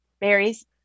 berries